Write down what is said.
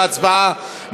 אנחנו עוברים להצבעה.